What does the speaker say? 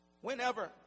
whenever